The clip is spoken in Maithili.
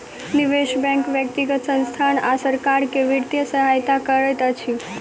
निवेश बैंक व्यक्तिगत संसथान आ सरकार के वित्तीय सहायता करैत अछि